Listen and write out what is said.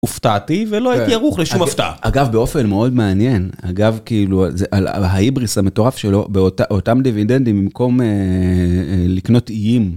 הופתעתי ולא הייתי ערוך לשום הפתעה אגב באופן מאוד מעניין אגב כאילו זה על ההיבריס המטורף שלו באותם דיווידנדים במקום לקנות איים.